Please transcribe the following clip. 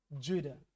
Judah